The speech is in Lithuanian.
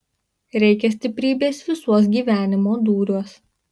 reikia stiprybės visuos gyvenimo dūriuos